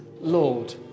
Lord